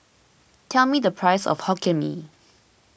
tell me the price of Hokkien Mee